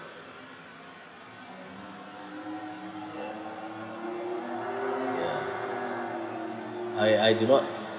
ya I I do not